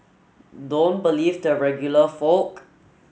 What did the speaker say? don't believe the regular folk